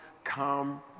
Come